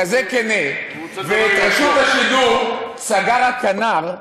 כזה כן, ואת רשות השידור סגר הכנ"ר,